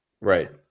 Right